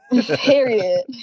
period